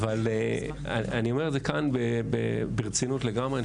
אבל אני אומר את זה כאן ברצינות לגמרי.